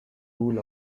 rule